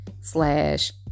slash